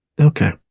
Okay